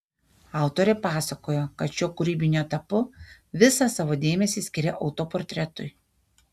autorė pasakojo kad šiuo kūrybiniu etapu visą savo dėmesį skiria autoportretui